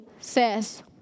says